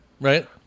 Right